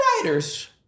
writers